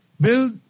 build